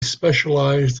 specialized